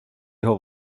його